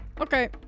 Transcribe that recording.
Okay